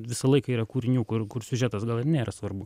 visą laiką yra kūrinių kur siužetas gal ir nėra svarbu